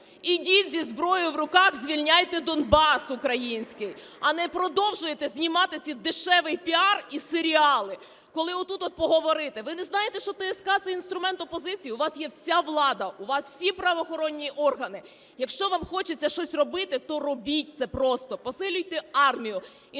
Ідіть зі зброєю в руках звільняйте Донбас український, а не продовжуйте знімати цей дешевий піар і серіали, коли отут от поговорити. Ви не знаєте, що ТСК – це інструмент опозиції? У вас є вся влада. У вас всі правоохоронні органи. Якщо вам хочеться щось робити, то робіть це просто. Посилюйте армію і